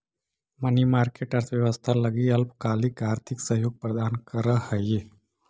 money market अर्थव्यवस्था लगी अल्पकालिक आर्थिक सहयोग प्रदान करऽ हइ